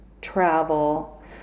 travel